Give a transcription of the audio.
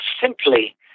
simply